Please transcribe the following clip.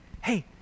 hey